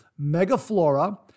Megaflora